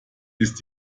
ist